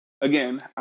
again